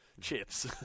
chips